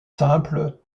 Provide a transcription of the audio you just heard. simples